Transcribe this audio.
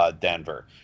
Denver